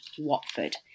Watford